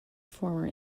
former